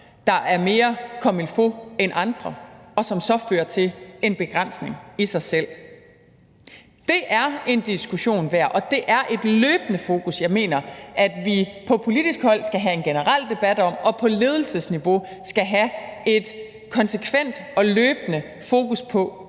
der er mere comme il faut end andre, og som så fører til en begrænsning i sig selv. Det er en diskussion værd, og det er noget, jeg mener vi på politisk hold løbende skal have en generel debat om og på ledelsesniveau ude på universiteterne skal have et konsekvent og løbende fokus på.